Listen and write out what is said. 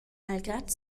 malgrad